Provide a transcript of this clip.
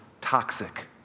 toxic